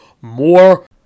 More